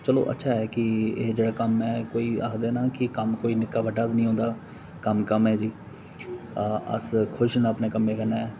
चलो अच्छा ऐ कि एह् जेह्ड़ा कम्म ऐ कोई आखदे न की कम्म कोई निक्का बड्डा निं होंदा कम्म कम्म ऐ अस खुश न अपने कम्मै कन्नै